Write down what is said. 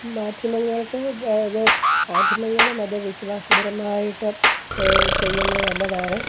മാധ്യമങ്ങൾക്ക് പാ അത് മാധ്യമങ്ങളും അത് വിശ്വാസപരമായിട്ട് ചെയ്യുന്നതല്ല താഴെ